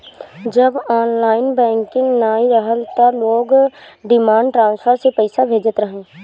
जब online banking नाइ रहल तअ लोग डिमांड ड्राफ्ट से पईसा भेजत रहे